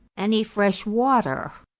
any fresh water?